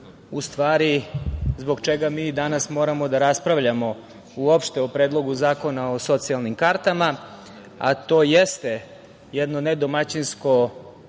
u stvari, zbog čega mi danas moramo da raspravljamo uopšte o Predlogu zakona o socijalnim kartama, a to jeste jedno nedomaćinsko